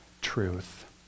truth